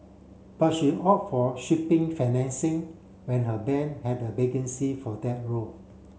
but she opt for shipping financing when her bank had a vacancy for that role